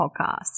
podcast